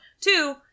Two –